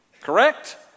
correct